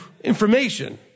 information